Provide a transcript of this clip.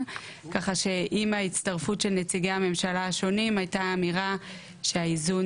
ככה שעם ההצטרפות של נציגי הממשלה השונים הייתה אמירה שהאיזון